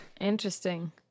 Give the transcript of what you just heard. Interesting